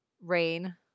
rain